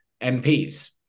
mps